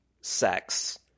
sex